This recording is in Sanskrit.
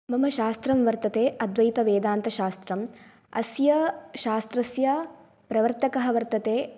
मम शास्त्रं वर्तते अद्वैतवेदान्तशास्त्रम् अस्य शास्त्रस्य प्रवर्तकः वर्तते